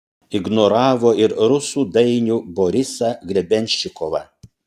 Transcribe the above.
ignoravo ir rusų dainių borisą grebenščikovą